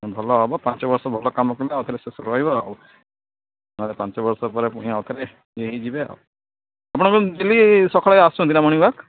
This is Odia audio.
ହଁ ଭଲ ହେବ ପାଞ୍ଚ ବର୍ଷ ଭଲ କାମ କଲେ ଆଉ ଥରେ ସେ ରହିବ ଆଉ ନହେଲେ ପାଞ୍ଚ ବର୍ଷ ପରେ ପୁଣି ଆଉ ଥରେ ଇଏ ହେଇଯିବେ ଆଉ ଆପଣ କଣ ଡେଲି ସକାଳେ ଖାଆସୁଛନ୍ତି ନାଁ ମର୍ଣ୍ଣିଂ ୱାକ୍